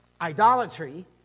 idolatry